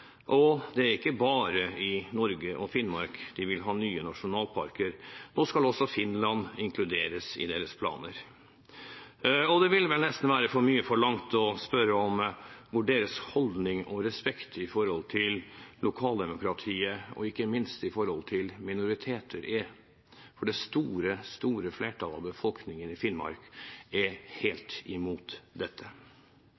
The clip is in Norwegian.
Og det er ikke bare i Norge og Finnmark de vil ha nye nasjonalparker, nå skal også Finland inkluderes i deres planer. Det ville vel nesten være for mye forlangt å spørre om hvordan deres holdning og respekt med hensyn til lokaldemokratiet og ikke minst minoriteter er, for det store, store flertallet av befolkningen i Finnmark er